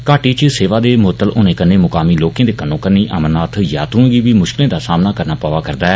घाटी इच सेवा दे मुअत्तल होने कन्नै मुकामी लोके दे कन्नोकन्नी अमरनाथ यात्रुए गी बी मुश्कलें दा सामना करना पवा रदा ऐ